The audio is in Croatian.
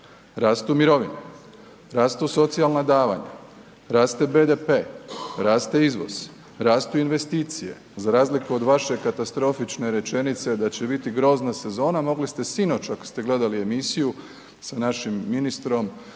rastu mirovine, rastu socijalna davanja, raste BDP, raste izvoz, rastu investicije, za razliku od vaše katastrofične rečenice da će biti grozna sezona mogli ste sinoć ako ste gledali emisiju sa našim ministrom,